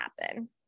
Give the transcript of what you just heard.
happen